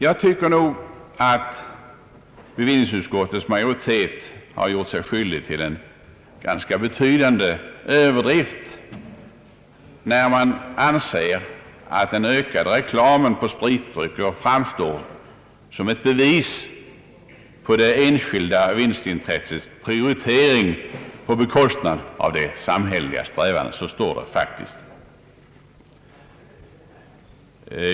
Jag tycker nog att bevillningsutskottets majoritet har gjort sig skyldig till en betydande överdrift, när man framhåller att den ökande reklamen för spritdrycker framstår som ett bevis för det enskilda vinstintressets prioritering på bekostnad av de samhälleliga strävandena.